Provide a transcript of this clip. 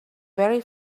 very